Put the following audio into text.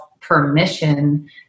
permission